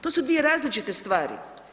To su dvije različite stvari.